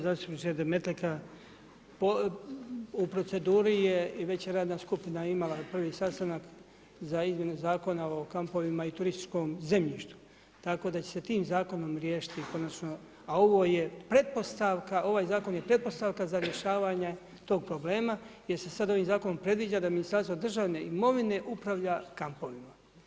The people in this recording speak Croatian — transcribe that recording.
Zastupniče Demetlika, u proceduri je i već radna skupina imala prvi sastanak za izmjene Zakona o kampovima i turističkom zemljištu tako da će se tim zakonom riješiti konačno, a ovo je pretpostavka, ovaj zakon je pretpostavka za rješavanja tog problema jer se sad ovim zakonom predviđa da Ministarstvo državne imovine upravlja kampovima.